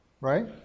right